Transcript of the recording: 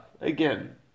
again